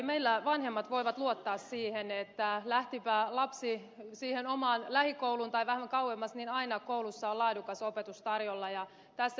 meillä vanhemmat voivat luottaa siihen että lähtipä lapsi siihen omaan lähikouluun tai vähän kauemmas niin aina koulussa on laadukas opetus tarjolla